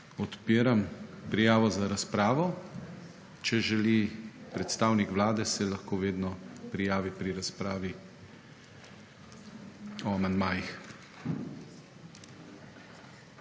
Odpiram prijavo za razpravo. Če želi predstavnik Vlade, se lahko vedno prijavi pri razpravi o amandmajih.